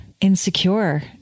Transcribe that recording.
insecure